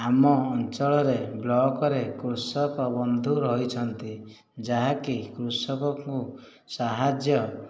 ଆମ ଅଞ୍ଚଳରେ ବ୍ଲକରେ କୃଷକ ବନ୍ଧୁ ରହିଛନ୍ତି ଯାହାକି କୃଷକଙ୍କୁ ସାହାଯ୍ୟ